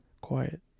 quiet